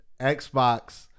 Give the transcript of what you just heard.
Xbox